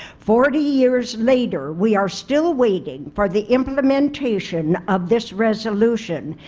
forty years later we are still waiting for the implementation of this resolution.